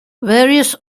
various